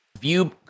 View